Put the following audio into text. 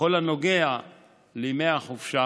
בכל הנוגע לימי החופשה